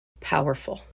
powerful